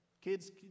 Kids